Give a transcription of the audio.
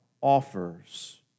offers